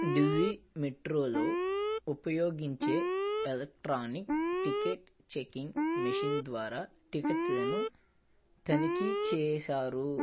ఢిల్లీ మెట్రోలో ఉపయోగించే electronic ticket checking machine ద్వారా టిక్కెట్లను తనిఖీ చేశారు